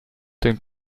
den